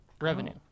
Revenue